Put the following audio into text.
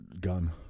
Gun